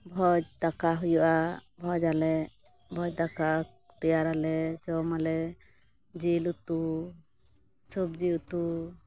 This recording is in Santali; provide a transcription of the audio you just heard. ᱵᱷᱚᱡᱽ ᱫᱟᱠᱟ ᱦᱩᱭᱩᱜᱼᱟ ᱵᱷᱚᱡᱟᱞᱮ ᱵᱷᱚᱡᱽ ᱫᱟᱠᱟ ᱛᱮᱭᱟᱨᱟᱞᱮ ᱡᱚᱢᱟᱞᱮ ᱡᱤᱞ ᱩᱛᱩ ᱥᱚᱵᱡᱤ ᱩᱛᱩ